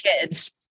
kids